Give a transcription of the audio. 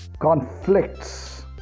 conflicts